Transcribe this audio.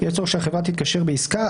יש צורך שהחברה תתקשר בעסקה,